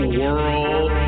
world